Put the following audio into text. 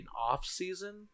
off-season